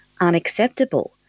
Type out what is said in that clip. unacceptable